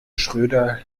schröder